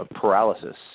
paralysis